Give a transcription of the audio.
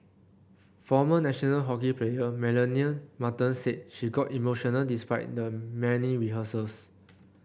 former national hockey player Melanie Martens said she got emotional despite the many rehearsals